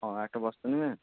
ও একটা বস্তা নেবেন